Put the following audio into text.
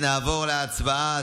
נעבור להצבעה,